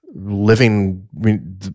living